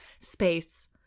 space